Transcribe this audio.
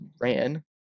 ran